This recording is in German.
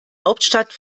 hauptstadt